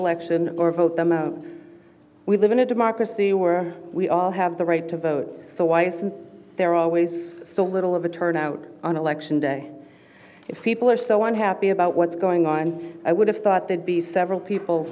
election or vote them out we live in a democracy were we all have the right to vote so why is there always so little of a turnout on election day if people are so unhappy about what's going on and i would have thought they'd be several people